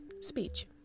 speech